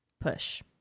push